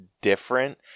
different